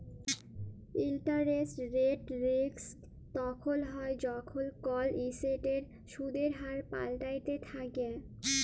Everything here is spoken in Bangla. ইলটারেস্ট রেট রিস্ক তখল হ্যয় যখল কল এসেটের সুদের হার পাল্টাইতে থ্যাকে